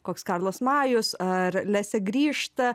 koks karlas majus ar lesė grįžta